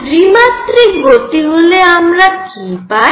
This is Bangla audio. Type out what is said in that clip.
ত্রিমাত্রিক গতি হলে আমরা কি পাই